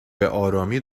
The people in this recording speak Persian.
بهآرامی